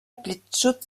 blitzschutz